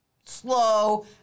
slow